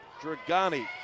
Dragani